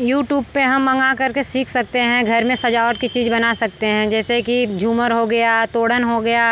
YouTube पर हम मंगा कर के सीख सकते हैं घर में सजावट की चीज़ बना सकते हैं जैसे कि झूमर हो गया तोड़न हो गया